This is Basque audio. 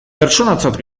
pertsonatzat